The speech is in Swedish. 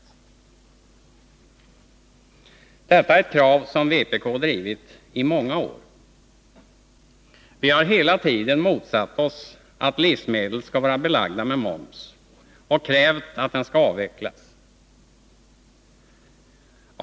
Detta är krav som vpk drivit i många år. Vi har hela tiden motsatt oss att livsmedel skall vara belagda med moms och krävt att den skall avvecklas.